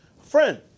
Friend